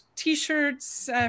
t-shirts